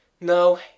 No